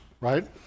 right